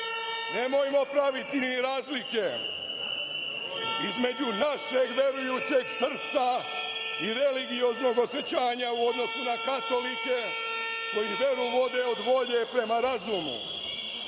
Nemojmo praviti ni razlike između našeg verujućeg srca i religioznog osećanja u odnosu na katolike koji veru vode od volje prema razumu